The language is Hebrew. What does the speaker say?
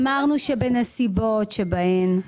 אמרנו שבנסיבות שבהן,